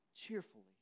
Cheerfully